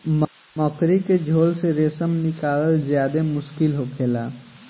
मकड़ी के झोल से रेशम निकालल ज्यादे मुश्किल होखेला